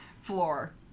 floor